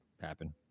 happen